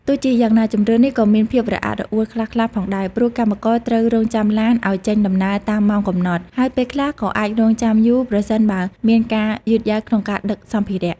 ទោះជាយ៉ាងណា ជម្រើសនេះក៏មានភាពរអាក់រអួលខ្លះៗផងដែរ ព្រោះកម្មករត្រូវរង់ចាំឡានឱ្យចេញដំណើរតាមម៉ោងកំណត់ ហើយពេលខ្លះក៏អាចរង់ចាំយូរប្រសិនបើមានការយឺតយ៉ាវក្នុងការដឹកសម្ភារៈ។